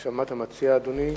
מה אתה מציע, אדוני?